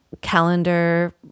calendar